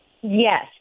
Yes